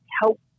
help